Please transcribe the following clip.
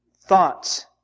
thoughts